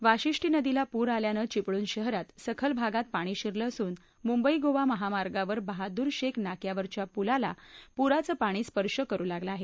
वाशिष्ठी नदीला पूर आल्यानं चिपळूण शहरात सखल भागात पाणी शिरलं असून मुंबई गोवा महामार्गावर बहादूर शेख नाक्यावरच्या पुलाला पुराचं पाणी स्पर्श करू लागलं आहे